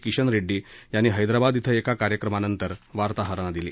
किशन रेड्डी यांनी हैदराबाद श्विं एका कार्यक्रमानंतर वार्ताहरांना दिली